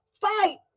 fight